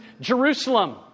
Jerusalem